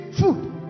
food